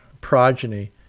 progeny